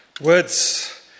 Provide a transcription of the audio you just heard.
Words